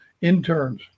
interns